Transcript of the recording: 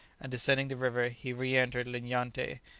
and descending the river, he re-entered linyante.